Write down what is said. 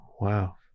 Wow